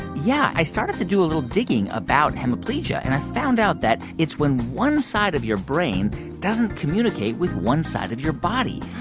yeah. i started to do a little digging about hemiplegia. and i found out that it's when one side of your brain doesn't communicate with one side of your body.